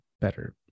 better